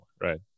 right